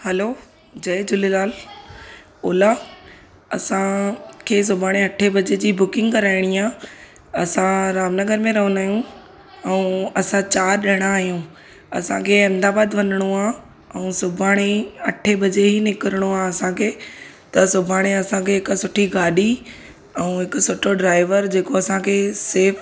हलो जय झूलेलाल ओला असांखे सुभाणे अठे बजे जी बुकिंग कराइणी आहे असां रामनगर में रहंदा आहियूं ऐं असां चारि जणा आहियूं असांखे अहमदाबाद वञिणो आहे ऐं सुभाणे अठे बजे ई निकिरणो आहे असांखे त सुभाणे असांखे हिकु सुठी गाॾी ऐं हिकु सुठो ड्राइवर जेको असांखे सेफ़